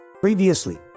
previously